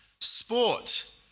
Sport